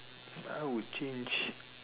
I would change